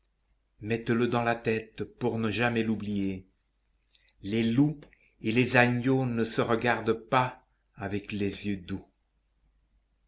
le dans la tête pour ne jamais l'oublier les loups et les agneaux ne se regardent pas avec des yeux doux